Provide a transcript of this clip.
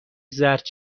زرد